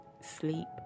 sleep